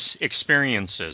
experiences